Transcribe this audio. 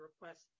request